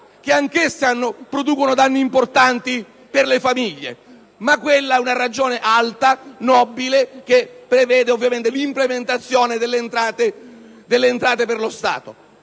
che anch'esse producono danni importanti per le famiglie. Lì però vi è una ragione alta, nobile, ossia l'implementazione delle entrate per lo Stato.